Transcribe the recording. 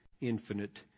infinite